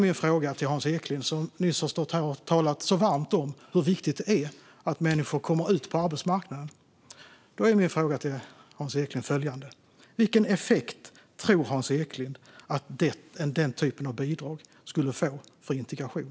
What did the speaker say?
Min fråga till Hans Eklind, som nyss har stått här och talat så varmt om hur viktigt det är att människor kommer ut på arbetsmarknaden, är följande: Vilken effekt tror Hans Eklind att den typen av bidrag skulle få för integrationen?